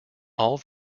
all